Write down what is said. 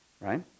Right